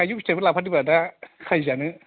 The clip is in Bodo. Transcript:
थाइजौ फिथाइबो लाफादोब्रा दा खाजि जानो